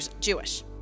Jewish